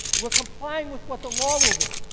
we're complying with what the law will be.